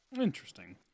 Interesting